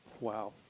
Wow